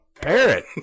parrot